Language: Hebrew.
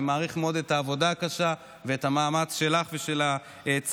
אני מעריך מאוד את העבודה הקשה ואת המאמץ שלך ושל הצוות.